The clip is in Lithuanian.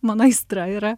mano aistra yra